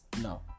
no